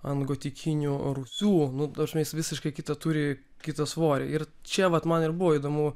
ant gotikinių rūsių nu ta prasme jis visiškai kitą turi kitą svorį ir čia vat man ir buvo įdomu